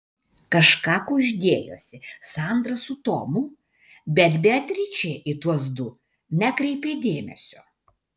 kažką kuždėjosi sandra su tomu bet beatričė į tuos du nekreipė dėmesio